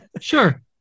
Sure